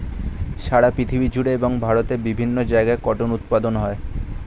সারা পৃথিবী জুড়ে এবং ভারতের বিভিন্ন জায়গায় কটন উৎপাদন হয়